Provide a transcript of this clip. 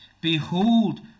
Behold